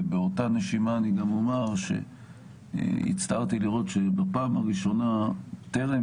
ובאותה נשימה אני גם אומר שהצטערתי לראות שבפעם הראשונה טרם